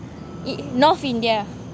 they love india